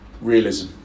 realism